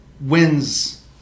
wins